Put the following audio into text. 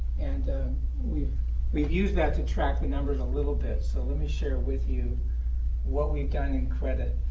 and we've we've used that to track the numbers a little bit. so let me share with you what we've done in credit.